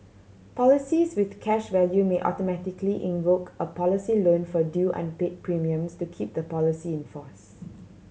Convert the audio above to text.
policies with cash value may automatically invoke a policy loan for due unpaid premiums to keep the policy in force